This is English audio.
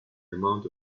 amount